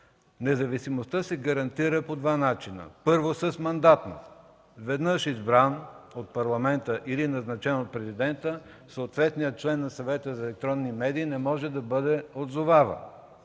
Независимостта се гарантира по два начина. Първо, с мандатност. Веднъж избран от Парламента или назначен от Президента, съответният член на Съвета за електронни медии не може да бъде отзоваван.